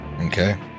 Okay